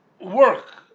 work